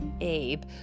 Abe